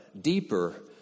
deeper